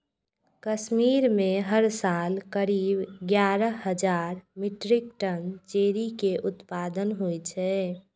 कश्मीर मे हर साल करीब एगारह हजार मीट्रिक टन चेरी के उत्पादन होइ छै